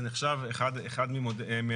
זה נחשב לאחד -- כן,